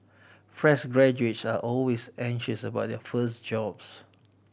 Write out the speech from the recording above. fresh graduates are always anxious about their first job